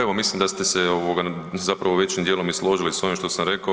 Evo, mislim da ste se ovoga zapravo većim dijelom i složili s ovim što sam rekao.